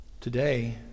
today